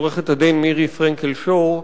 עו"ד מירי פרנקל-שור,